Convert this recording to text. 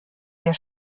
der